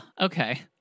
Okay